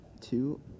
two